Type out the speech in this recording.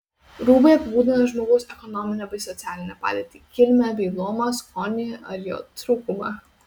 rūbai apibūdina žmogaus ekonominę bei socialinę padėtį kilmę bei luomą skonį ar jo trūkumą